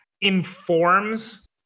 informs